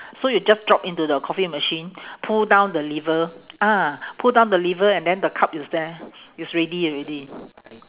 so you just drop into the coffee machine pull down the lever ah pull down the lever and then the cup is there it's ready already